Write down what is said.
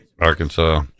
Arkansas